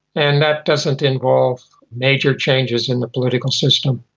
and that doesn't involve major changes in the political system.